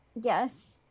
Yes